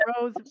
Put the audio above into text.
rose